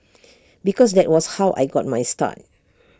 because that was how I got my start